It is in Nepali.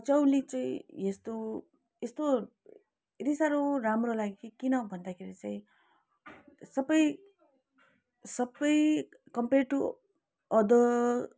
पचौली चाहिँ यस्तो यस्तो यति साह्रो राम्रो लाग्यो किन भन्दाखेरि चाहिँ सबै सबै कम्पेयर टु अदर